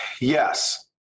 yes